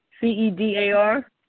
cedar